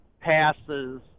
passes